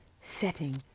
setting